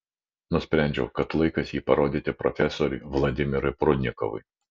nusprendžiau kad laikas jį parodyti profesoriui vladimirui prudnikovui